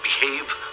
Behave